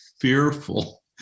fearful